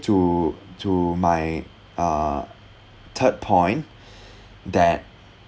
to to my uh third point that